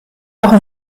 auch